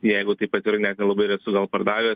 jeigu taip atvirai net nelabai ir esu gal pardavęs